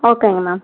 ஓகேங்க மேம்